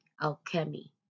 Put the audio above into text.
alchemy